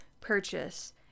purchase